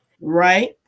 Right